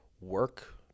work